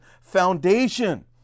Foundation